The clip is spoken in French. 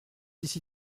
ici